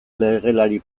legelari